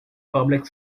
public